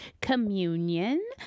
communion